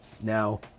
now